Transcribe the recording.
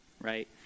right